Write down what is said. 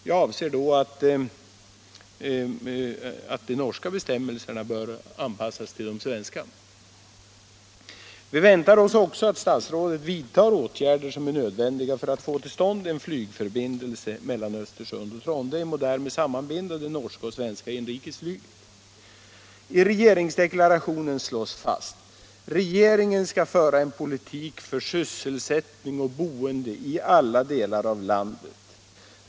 Jag menar då att de norska bestämmelserna bör anpassas till de svenska. Vi väntar oss också att statsrådet vidtar åtgärder som är nödvändiga för att få till stånd en flygförbindelse mellan Östersund och Trondheim för att därmed sammanbinda det norska och svenska inrikesflyget. I regeringsdeklarationen slås fast: ”Regeringen skall föra en politik för sysselsättning och boende i alla delar av landet.